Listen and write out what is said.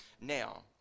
Now